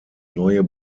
neue